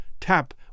tap